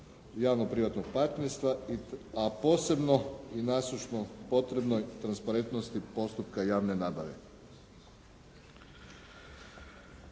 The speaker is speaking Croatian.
javno-privatnog partnerstva, a posebno i nasušno potrebnoj transparentnosti postupka javne nabave.